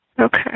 Okay